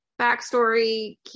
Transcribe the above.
backstory